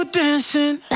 dancing